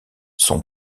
son